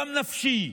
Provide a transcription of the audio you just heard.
גם נפשי,